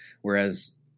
whereas